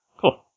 Cool